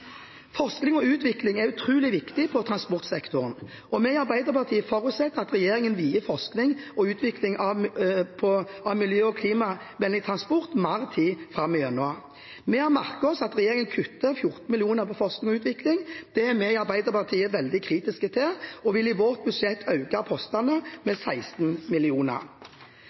Forskning og utvikling er utrolig viktig for transportsektoren. Vi i Arbeiderpartiet forutsetter at regjeringen vier forskning og utvikling av miljø- og klimavennlig transport mer tid framover. Vi har merket oss at regjeringen kutter 14 mill. kr i forskning og utvikling. Det er vi i Arbeiderpartiet veldig kritiske til og vil i vårt budsjett øke postene med 16